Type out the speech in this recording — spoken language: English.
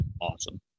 awesome